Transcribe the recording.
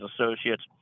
Associates